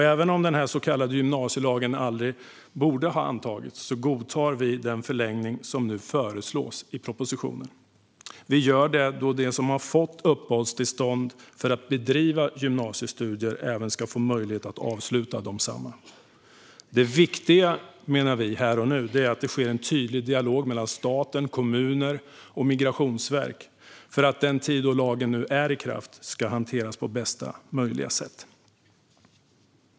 Även om den så kallade gymnasielagen aldrig borde ha antagits godtar vi den förlängning som föreslås i propositionen. Vi gör det då de som har fått uppehållstillstånd för att bedriva gymnasiestudier även ska få möjlighet att avsluta desamma. Vi menar att det viktiga här och nu är att det sker en tydlig dialog mellan staten, kommunerna och Migrationsverket för att den tid då lagen nu är i kraft ska hanteras på bästa möjliga sätt.